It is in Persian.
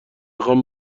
خوام